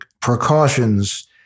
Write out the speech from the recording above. precautions